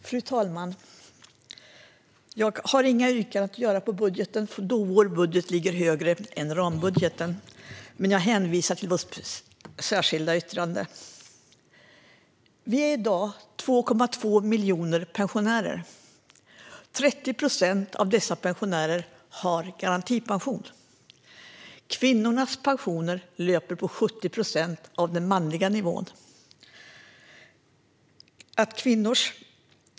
Fru talman! Jag har inga yrkanden att göra, eftersom vår budget ligger högre än rambudgeten. Jag hänvisar dock till vårt särskilda yttrande. Vi är i dag 2,2 miljoner pensionärer. 30 procent av dessa pensionärer har garantipension. Kvinnornas pensioner löper på 70 procent av männens nivå.